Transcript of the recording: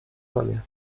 mamie